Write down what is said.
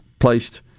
placed